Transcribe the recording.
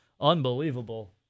Unbelievable